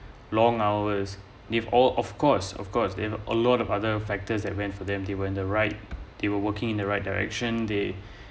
long hours if all of course of course in a lot of other factors that went for them they were in the right they were working in the right direction they